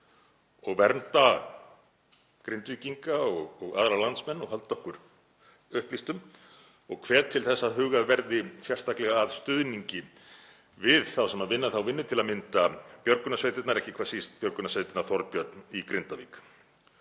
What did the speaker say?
og vernda Grindvíkinga og aðra landsmenn og halda okkur upplýstum. Ég hvet til þess að hugað verði sérstaklega að stuðningi við þá sem vinna þá vinnu, til að mynda björgunarsveitirnar, ekki hvað síst björgunarsveitina Þorbjörn í Grindavík.